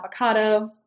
avocado